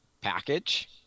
package